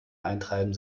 eintreiben